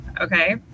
okay